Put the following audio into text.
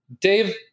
dave